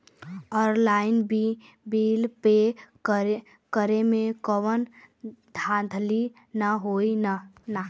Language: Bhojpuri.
ऑनलाइन बिल पे करे में कौनो धांधली ना होई ना?